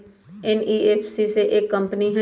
NBFC एक company हई?